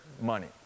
money